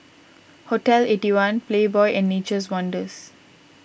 Hotel Eighty One Playboy and Nature's Wonders